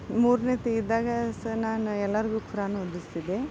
ಮೂರನೇ ಇಯತ್ತೆ ಇದ್ದಾಗ ಸೊ ನಾನು ಎಲ್ಲರ್ಗು ಖುರಾನ್ ಓದಿಸ್ತಿದ್ದೆ